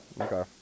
Okay